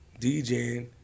DJing